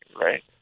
right